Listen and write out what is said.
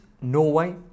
Norway